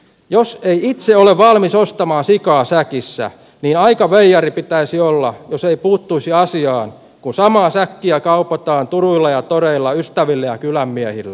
jos ei itse ole valmis ostamaan sikaa säkissä niin aika veijari pitäisi olla jos ei puuttuisi asiaan kun samaa säkkiä kaupataan turuilla ja toreilla ystäville ja kylänmiehille